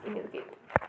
ഇനിയിത് കേൾക്കാം